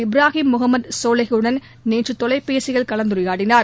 இப்ராகிம் முகமது சொலிஹ் உடன் நேற்று தொலைபேசியில் கலந்துரையாடினார்